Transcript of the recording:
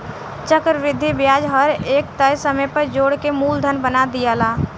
चक्रविधि ब्याज हर एक तय समय पर जोड़ के मूलधन बना दियाला